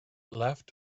left